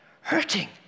hurting